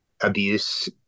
abuse